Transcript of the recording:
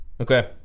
okay